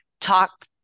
talk